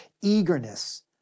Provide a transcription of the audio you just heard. eagerness